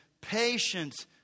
patience